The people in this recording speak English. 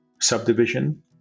subdivision